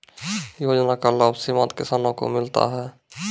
योजना का लाभ सीमांत किसानों को मिलता हैं?